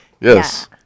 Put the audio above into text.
Yes